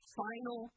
final